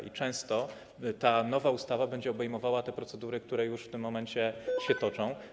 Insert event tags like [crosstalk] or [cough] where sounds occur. I często ta nowa ustawa będzie obejmowała te procedury, które już w tym momencie [noise] się toczą.